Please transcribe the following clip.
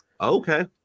Okay